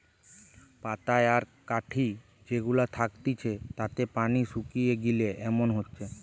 পাতায় আর কাঠি যে গুলা থাকতিছে তাতে পানি শুকিয়ে গিলে এমন হচ্ছে